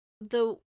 the-